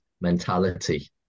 mentality